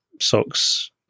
socks